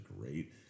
great